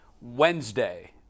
Wednesday